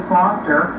Foster